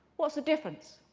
what's the difference?